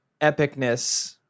epicness